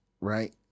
right